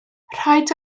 rhaid